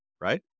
right